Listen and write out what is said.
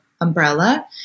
umbrella